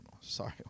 Sorry